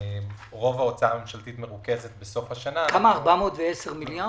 שרוב ההוצאה הממשלתית מרוכזת בסוף השנה --- כמה יצא מזה?